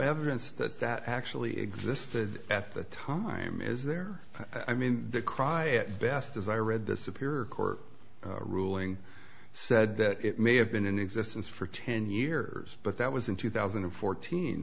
evidence that that actually existed at the time is there i mean the cry at best as i read the superior court ruling said that it may have been in existence for ten years but that was in two thousand and fourteen